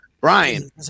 brian